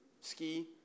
ski